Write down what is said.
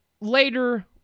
later